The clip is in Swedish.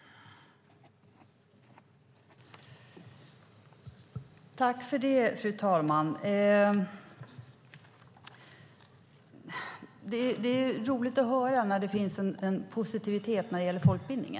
I detta anförande instämde Peter Jutterström .